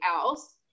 else